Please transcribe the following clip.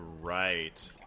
right